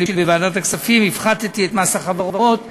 בוועדת הכספים הפחתתי את מס החברות ב-1%,